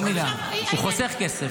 לא מיליארד, זה חוסך כסף.